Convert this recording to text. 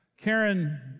Karen